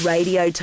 Radio